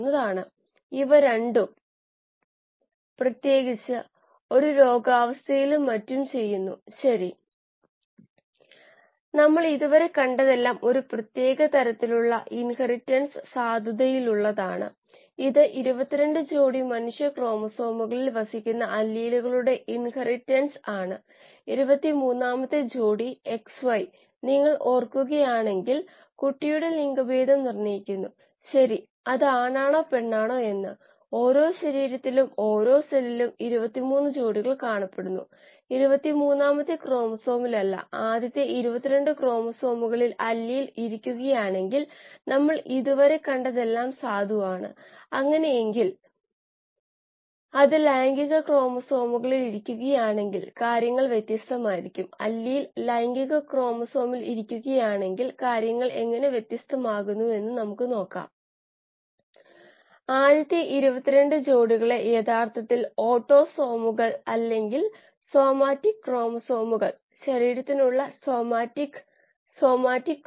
4b Γs ഓക്സിജനുമായി കൈമാറ്റം ചെയ്യപ്പെടുന്ന ലഭ്യമായ ഇലക്ട്രോണുകളുടെ അംശം നൽകുന്നു ഇത് ε കൊണ്ട് സൂചിപ്പിക്കുന്നു yx Γx Γs കോശവുമായി കൈമാറ്റം ചെയ്യപ്പെടുന്ന ലഭ്യമായ ഇലക്ട്രോണുകളുടെ അംശം നൽകുന്നു ഇത് η കൊണ്ട് സൂചിപ്പിക്കുന്നു yp Γp Γs ഉൽപന്നവുമായി കൈമാറ്റം ചെയ്യപ്പെടുന്ന ലഭ്യമായ ഇലക്ട്രോണുകളുടെ അംശം നൽകുന്നു ഇത് ζ